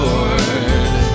Lord